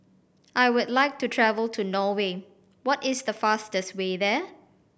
I would like to travel to Norway what is the fastest way there